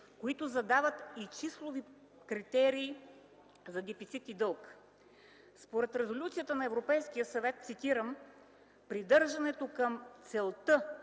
които задават и числови критерии за дефицит и дълг. Според Резолюцията на Европейския съвет, цитирам: „Придържането към целта